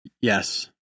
Yes